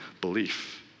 belief